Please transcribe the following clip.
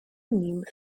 nim